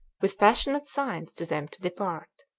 with passionate signs to them to depart.